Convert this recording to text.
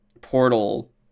portal